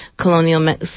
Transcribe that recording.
colonial